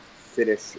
finish